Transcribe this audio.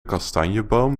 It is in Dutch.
kastanjeboom